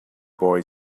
boy